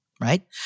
right